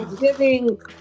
Giving